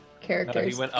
characters